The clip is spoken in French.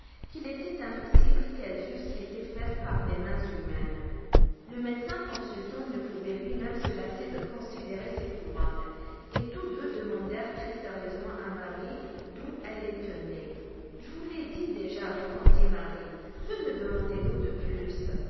qu'il était impossible qu'elles eussent été faites par des mains humaines le médecin consultant ne pouvait lui-même se lasser de considérer ces couronnes et tous deux demandèrent très-sérieusement à marie d'où elle les tenait je vous l'ai dit déjà répondit marie que me demandez-vous de plus